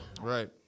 Right